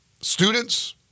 Students